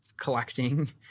collecting